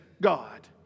God